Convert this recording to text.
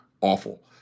awful